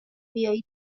بیایی